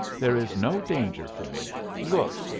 there is no danger for me. look.